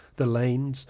the lanes,